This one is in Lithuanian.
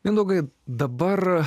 mindaugai dabar